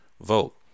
vote